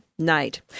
night